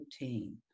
routine